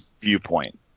viewpoint